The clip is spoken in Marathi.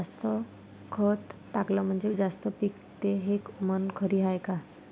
जास्त खत टाकलं म्हनजे जास्त पिकते हे म्हन खरी हाये का?